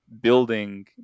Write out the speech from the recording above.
building